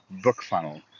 BookFunnel